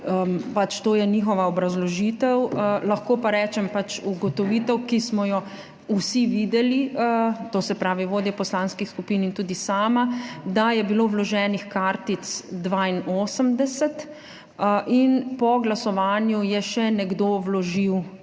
to je pač njihova obrazložitev. Lahko pa rečem, ugotovitev, ki smo jo vsi videli, to se pravi vodje poslanskih skupin in tudi sama, je, da je bilo vloženih kartic 82 in po glasovanju je še nekdo vložil kartico